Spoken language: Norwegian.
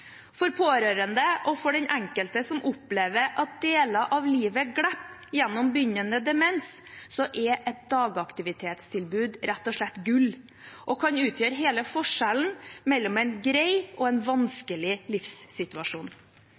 For pårørende, og for den enkelte som opplever at deler av livet glipper gjennom begynnende demens, er et dagaktivitetstilbud rett og slett gull og kan utgjøre hele forskjellen mellom en grei og en vanskelig livssituasjon.